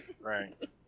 Right